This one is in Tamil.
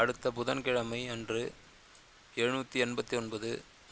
அடுத்த புதன்கிழமை அன்று எழுநூற்றி எண்பத்தொன்பது